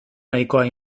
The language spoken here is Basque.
nahikoa